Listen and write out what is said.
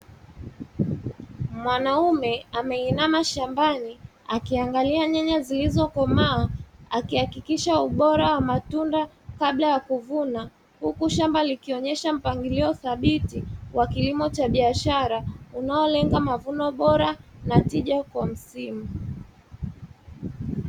Mwanaume ameinama shambani, akiangalia nyanya zilizokomaa akihakikisha ubora wa matunda kabla ya kuvuna, huku shamba likionyesha mpangilio thabiti wa kilimo cha biashara unaolenga mavuno bora na tija kwa msimu.